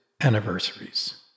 anniversaries